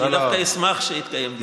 אני דווקא אשמח שיתקיים דיון.